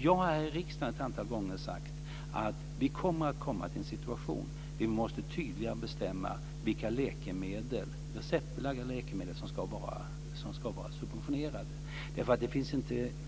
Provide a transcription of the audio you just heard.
Jag har här i riksdagen ett antal gånger sagt att vi kommer till en situation där vi tydligare måste bestämma vilka receptbelagda läkemedel som ska vara subventionerade, därför att det